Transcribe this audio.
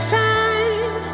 time